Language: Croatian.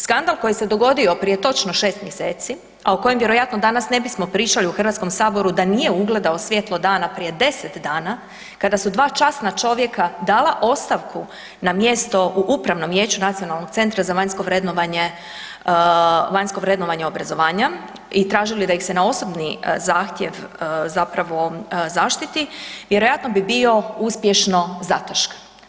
Skandal koji se dogodio prije točno 6 mjeseci, a o kojem vjerojatno danas ne bismo pričali u HS da nije ugledao svjetlo dana prije 10 dana kada su dva časna čovjeka dala ostavku na mjesto u Upravom vijeću Nacionalnog centra za vanjsko vrednovanje, vanjsko vrednovanje obrazovanja i tražili da ih se na osobni zahtjev zapravo zaštiti, vjerojatno bi bio uspješno zataškan.